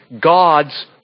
God's